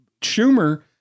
Schumer